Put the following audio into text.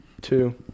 two